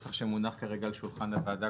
הנוסח שמונח כרגע על שולחן הוועדה,